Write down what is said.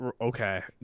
Okay